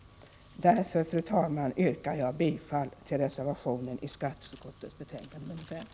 Därför, fru talman, yrkar jag bifall till reservation till skatteutskottets betänkande nr 5.